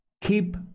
Keep